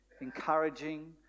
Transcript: encouraging